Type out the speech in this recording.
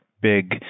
big